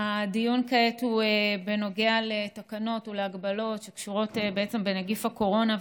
הדיון כעת נוגע לתקנות או להגבלות שקשורות לנגיף הקורונה,